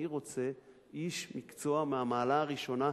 אני רוצה איש מקצוע מהמעלה הראשונה,